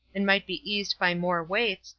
and might be eased by more weights,